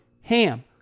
HAM